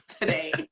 today